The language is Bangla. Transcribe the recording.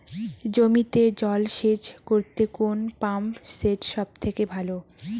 জমিতে জল সেচ করতে কোন পাম্প সেট সব থেকে ভালো?